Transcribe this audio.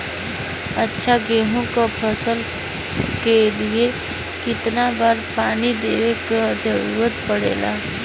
अच्छा गेहूँ क फसल के लिए कितना बार पानी देवे क जरूरत पड़ेला?